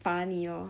罚你 lor